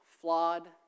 flawed